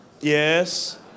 Yes